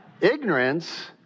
Ignorance